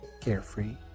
carefree